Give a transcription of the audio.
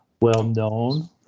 well-known